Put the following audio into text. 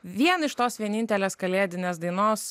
vien iš tos vienintelės kalėdinės dainos